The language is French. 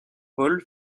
paul